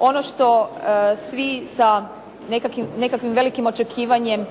Ono što svi sa nekakvim velikim očekivanjem